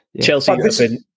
Chelsea